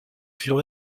sur